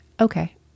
Okay